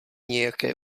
nějaké